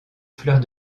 fleurs